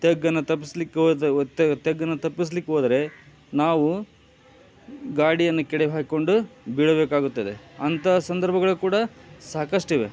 ತಗ್ಗನ್ನ ತಪ್ಪಿಸ್ಲಿಕ್ಕೆ ಹೋದ್ ತಗ್ಗನ್ನ ತಪ್ಪಿಸಲಿಕ್ಕೋದ್ರೆ ನಾವು ಗಾಡಿಯನ್ನು ಕೆಡವಿ ಹಾಕಿಕೊಂಡು ಬೀಳಬೇಕಾಗುತ್ತದೆ ಅಂಥ ಸಂದರ್ಭಗಳು ಕೂಡ ಸಾಕಷ್ಟಿವೆ